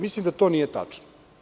Mislim da to nije tačno.